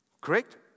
Correct